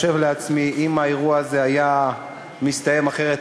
ואני חושב לעצמי: אם האירוע הזה היה מסתיים אחרת,